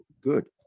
Good